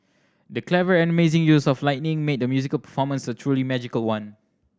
the clever and amazing use of lighting made the musical performance a truly magical one